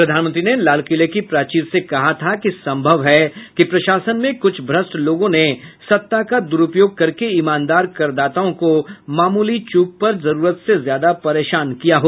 प्रधानमंत्री ने लालकिले की प्राचीर से कहा था कि संभव है कि प्रशासन में कुछ भ्रष्ट लोगों ने सत्ता का दुरुपयोग करके ईमानदार करदाताओं को मामूली चूक पर जरूरत से ज्यादा परेशान किया हो